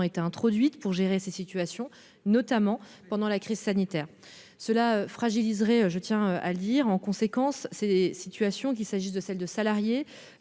été introduites pour gérer ces situations, notamment pendant la crise sanitaire. Cela fragiliserait ces situations, qu'il s'agisse de celles de salariés,